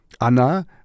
Anna